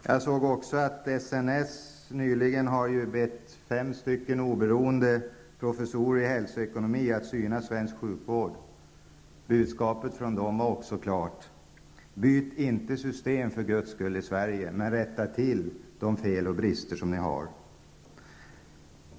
Jag såg också att SNS nyligen har bett fem oberoende professorer i hälsoekonomi att syna svensk sjukvård. Budskapet från dem var också klart: Byt för Guds skull inte system i Sverige, men rätta till de fel och brister som ni har!